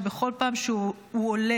שבכל פעם שהוא עולה,